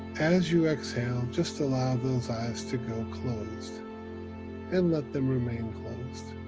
as you exhale, just allow those eyes to go closed and let them remain closed.